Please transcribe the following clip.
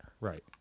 Right